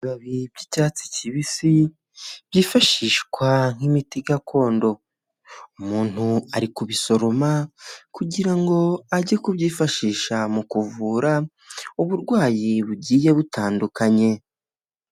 Ibibabi by'icyatsi kibisi byifashishwa nk'imiti gakondo. umuntu ari kubisoroma kugira ngo ajye kubyifashisha mu kuvura uburwayi bugiye butandukanye.